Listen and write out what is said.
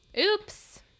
oops